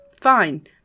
fine